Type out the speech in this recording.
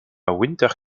winter